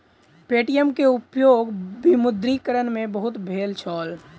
Paytm के उपयोग विमुद्रीकरण में बहुत भेल छल